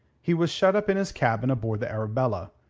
he was shut up in his cabin aboard the arabella,